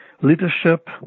leadership